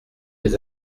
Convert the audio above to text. les